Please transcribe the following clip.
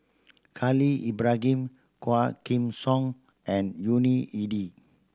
Khalil Ibrahim Quah Kim Song and Yuni